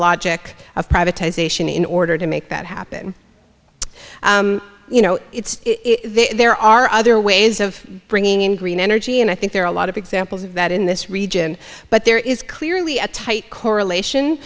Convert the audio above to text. logic of privatization in order to make that happen you know it's there are other ways of bringing in green energy and i think there are a lot of examples of that in this region but there is clearly a tight correlation